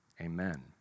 Amen